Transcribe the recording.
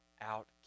Out